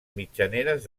mitjaneres